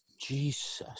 Jesus